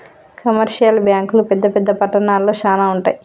commercial బ్యాంకులు పెద్ద పెద్ద పట్టణాల్లో శానా ఉంటయ్